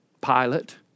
pilot